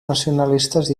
nacionalistes